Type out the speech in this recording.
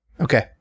Okay